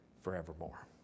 forevermore